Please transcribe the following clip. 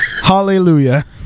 hallelujah